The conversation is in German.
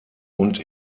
und